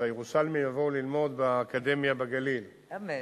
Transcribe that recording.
שהירושלמים יבואו ללמוד באקדמיה בגליל, אמן.